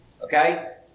okay